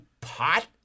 pot